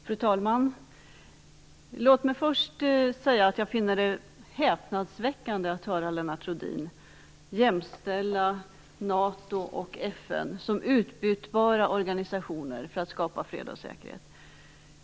Fru talman! Låt mig först säga att jag finner det häpnadsväckande att höra Lennart Rohdin jämställa NATO och FN som utbytbara organisationer när det gäller att skapa fred och säkerhet.